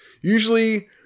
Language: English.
usually